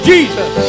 Jesus